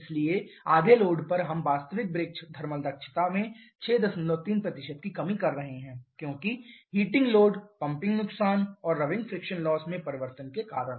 इसलिए आधे लोड पर हम वास्तविक ब्रेक थर्मल दक्षता में 63 की कमी कर रहे हैं क्योंकि हीटिंग लोड पंपिंग नुकसान और रगड़ घर्षण नुकसान में परिवर्तन के कारण